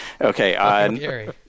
Okay